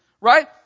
right